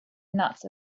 nuts